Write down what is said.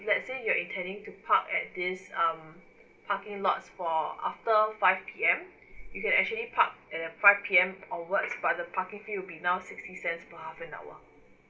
let's say you're intending to park at these um parking lots for after five P_M you can actually park at uh five P_M onwards but the parking fee will be now sixty cents per half an hour